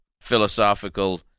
philosophical